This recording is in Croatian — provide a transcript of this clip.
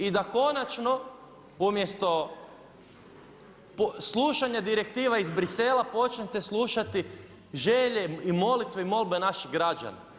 I da konačno umjesto slušanja direktiva iz Brisela počnete slušati želje i molitve i molbe naših građana.